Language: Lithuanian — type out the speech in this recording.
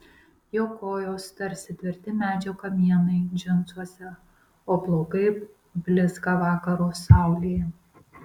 jo kojos tarsi tvirti medžio kamienai džinsuose o plaukai blizga vakaro saulėje